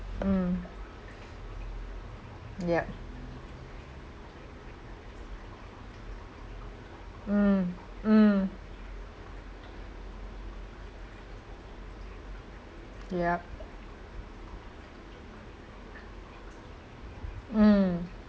mm yup mm mm yup mm